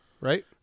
right